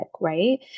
Right